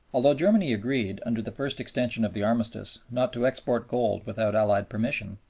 although germany agreed, under the first extension of the armistice, not to export gold without allied permission,